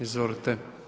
Izvolite.